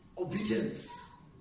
Obedience